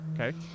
Okay